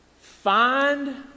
Find